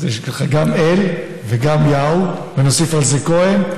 אז יש לך גם אל וגם יהו, ונוסיף גם כהן.